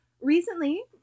recently